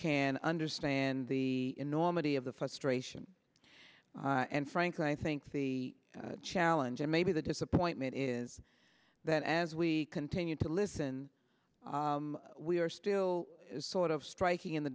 can understand the enormity of the frustration and frankly i think the challenge and maybe the disappointment is that as we continue to listen we are still sort of striking in the